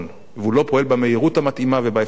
והוא לא פועל במהירות המתאימה ובאפקטיביות.